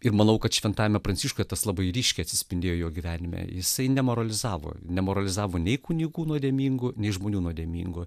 ir manau kad šventajame pranciškuje tas labai ryškiai atsispindėjo jo gyvenime jisai nemoralizavo nemoralizavo nei kunigų nuodėmingu nei žmonių nuodėmingu